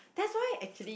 that's why actually